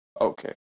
Okay